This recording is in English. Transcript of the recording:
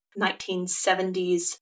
1970s